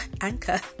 anchor